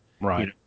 Right